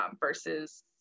versus